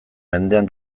mendean